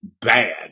bad